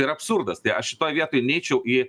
tai yra absurdas tai aš šitoj vietoj neičiau į